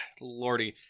Lordy